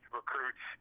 recruits